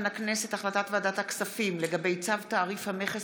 החלטת ועדת הכספים לגבי צו תעריף המכס